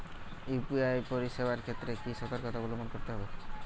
UPI পরিসেবার ক্ষেত্রে কি সতর্কতা অবলম্বন করতে হবে?